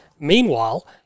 Meanwhile